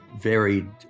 varied